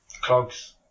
Clogs